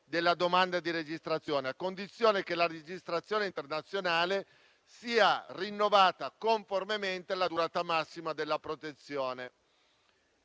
della domanda di registrazione, a condizione che la registrazione internazionale sia rinnovata conformemente alla durata massima della protezione.